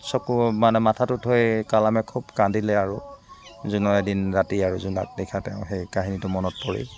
চকু মানে মাঠাতো থৈ কালামে খুব কান্দিলে আৰু জোনৰ এদিন ৰাতি আৰু জোনাক নিশা তেওঁ সেই কাহিনীটো মনত পৰি